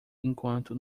enquanto